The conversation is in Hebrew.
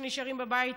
שנשארים בבית,